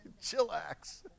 Chillax